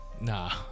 Nah